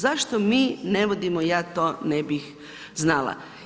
Zašto mi ne vodimo, ja to ne bih znala.